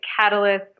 Catalyst